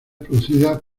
producidas